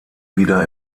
wieder